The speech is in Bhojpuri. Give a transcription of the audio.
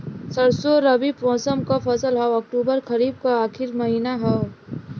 सरसो रबी मौसम क फसल हव अक्टूबर खरीफ क आखिर महीना हव